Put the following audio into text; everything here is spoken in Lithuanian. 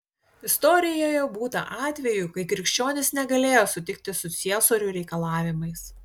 istorijoje būta atvejų kai krikščionys negalėjo sutikti su ciesorių reikalavimais